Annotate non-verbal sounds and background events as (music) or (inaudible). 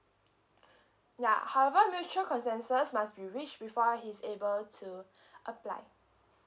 (breath) ya however mutual consensus must be reached before he's able to (breath) apply